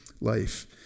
life